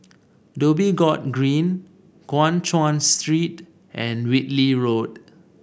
Dhoby Ghaut Green Guan Chuan Street and Whitley Road